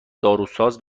داروساز